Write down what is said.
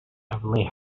heavenly